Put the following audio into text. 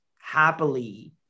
happily